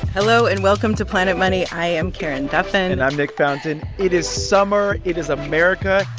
hello, and welcome to planet money. i'm karen duffin and i'm nick fountain. it is summer. it is america.